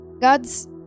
God's